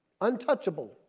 Untouchable